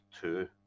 two